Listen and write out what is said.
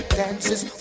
dances